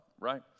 right